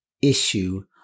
issue